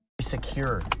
Secure